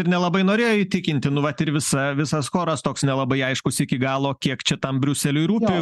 ir nelabai norėjo įtikinti nu vat ir visa visas choras toks nelabai aiškus iki galo kiek čia tam briuseliui rūpi